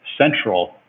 central